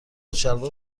شلوار